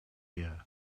year